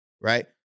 right